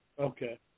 Okay